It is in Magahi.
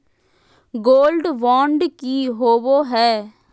गोल्ड बॉन्ड की होबो है?